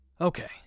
Okay